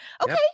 Okay